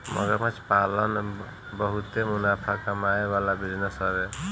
मगरमच्छ पालन बहुते मुनाफा कमाए वाला बिजनेस हवे